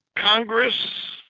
congress,